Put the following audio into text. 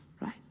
right